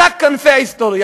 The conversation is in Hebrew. משק כנפי ההיסטוריה,